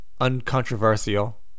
uncontroversial